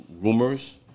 Rumors